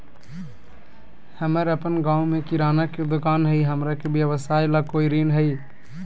हमर अपन गांव में किराना के दुकान हई, हमरा के व्यवसाय ला कोई ऋण हई?